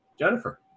Jennifer